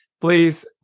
please